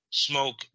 smoke